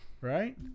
Right